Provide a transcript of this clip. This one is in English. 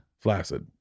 Flaccid